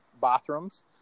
bathrooms